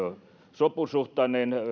sopusuhtainen